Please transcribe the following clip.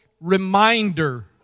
reminder